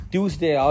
Tuesday